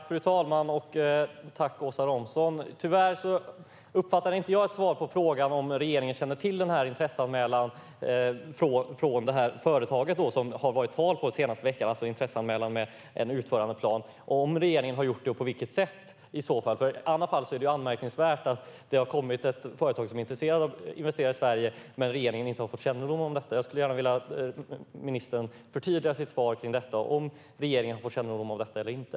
Fru talman! Tack, Åsa Romson! Tyvärr uppfattade jag inte något svar på frågan om regeringen känner till denna intresseanmälan från det företag som det har varit tal om under den senaste veckan, alltså intresseanmälan med en utförandeplan - om och i så fall på vilket sätt regeringen har fått kännedom om detta. I annat fall är det anmärkningsvärt att det har kommit ett företag som är intresserat av att investera i Sverige men att regeringen inte har fått kännedom om detta. Jag skulle gärna vilja att ministern förtydligar sitt svar på detta, om regeringen har fått kännedom om detta eller inte.